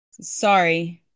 Sorry